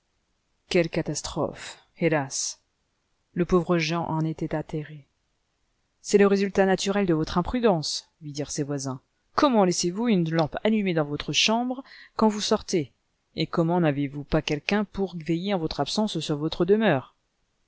quelle catastrophe hélas le pauvre jean en était atterré c'est le résultat naturel de votre imprudence lui dirent ses voisins comment laissez-vous une lampe allumée dans votre chambre quand vous sortez et comment n'avez-vous pas quelqu'un pour veiller en votre absence sur votre demeure